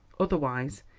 otherwise,